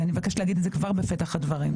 ואני מבקשת להגיד את זה כבר בפתח הדברים.